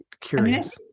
Curious